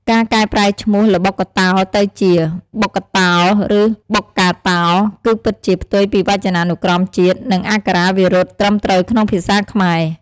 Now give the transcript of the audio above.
ការកែប្រែឈ្មោះ ល្បុក្កតោ ទៅជា បុក្កតោឬ បុកកាតោ គឺពិតជា ផ្ទុយពីវចនានុក្រមជាតិ និងអក្ខរាវិរុទ្ធត្រឹមត្រូវក្នុងភាសាខ្មែរ។